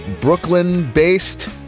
Brooklyn-based